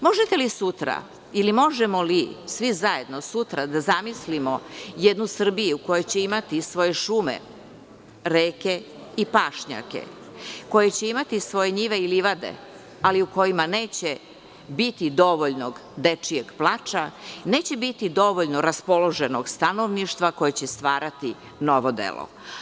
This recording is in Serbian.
Možete li sutra ili možemo li svi zajedno sutra da zamislimo jednu Srbiju koja će imati svoje šume, reke i pašnjake, koja će imati svoje njive i livade, ali u kojima neće biti dovoljno dečijeg plača, neće biti dovoljno raspoloženog stanovništva koje će stvarati novo delo?